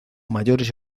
mayores